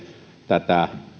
tätä